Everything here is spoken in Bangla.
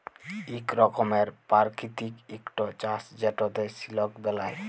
ইক রকমের পারকিতিক ইকট চাষ যেটতে সিলক বেলায়